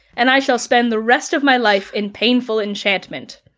and i shall spend the rest of my life in painful enchantment.